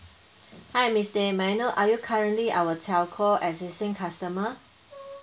mm hi miss may I know are you currently our telco existing customer